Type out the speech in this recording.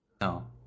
No